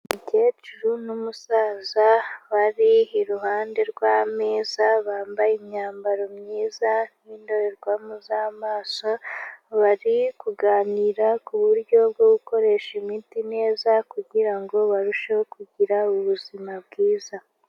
Umukecuru n'umusaza bari iruhande rw'ameza, bambaye imyambaro myiza n'indorerwamo z'amaso, bari kuganira ku buryo bwo gukoresha imiti neza kugira ngo barusheho kugira ubuzima bwiza.